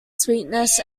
sweetness